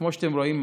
כמו שאתם רואים,